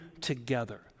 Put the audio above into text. together